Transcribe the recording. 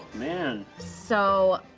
man. so.